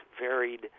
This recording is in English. varied